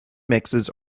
mixes